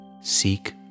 Seek